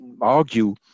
argue